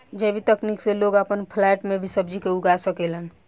जैविक तकनीक से लोग आपन फ्लैट में भी सब्जी के उगा सकेलन